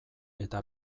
eta